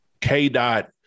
K-Dot